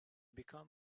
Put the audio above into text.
become